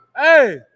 hey